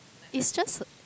is just a